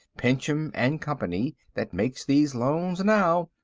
pinchem and company, that makes these loans now,